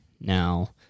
Now